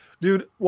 Dude